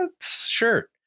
sure